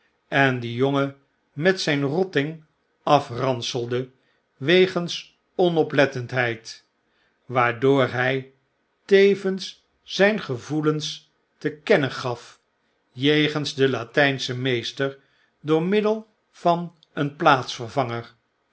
ronddwalend oog bemerkte endienjongenmet zyn rotting afranselde wegens onoplettendheid waardoor ny tevens zjjn gevoelens te kennen gaf jegens den latjjnschen meester door middel van een plaatsvervanger